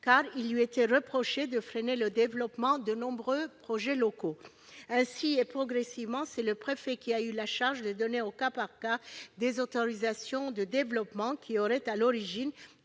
car il lui était reproché d'être un frein au développement de nombreux projets locaux. Ainsi, et progressivement, c'est le préfet qui a eu la charge de délivrer au cas par cas des autorisations de développement, lesquelles auraient à l'origine